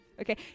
Okay